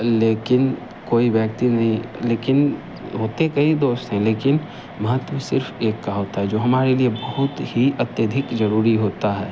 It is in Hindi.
लेकिन कोई व्यक्ति नहीं लेकिन होते कई दोस्त हैं लेकिन महत्व सिर्फ़ एक का होता है जो हमारे लिए बहुत ही अत्यधिक ज़रूरी होता है